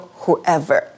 whoever